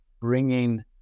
bringing